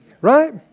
Right